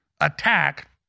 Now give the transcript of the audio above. attack